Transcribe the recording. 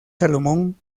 salomón